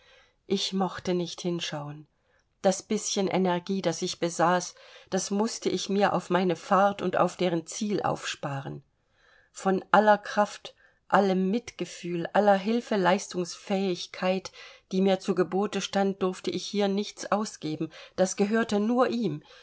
ich mochte nicht hinschauen das bischen energie das ich besaß das mußte ich mir auf meine fahrt und auf deren ziel aufsparen von aller kraft allem mitgefühl aller hilfeleistungsfähigkeit die mir zu gebote stand durfte ich hier nichts ausgeben das gehörte nur ihm